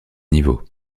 niveaux